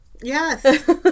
Yes